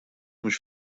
mhux